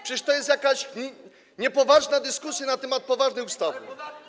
Przecież to jest jakaś niepoważna dyskusja na temat poważnej ustawy.